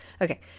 Okay